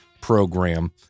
program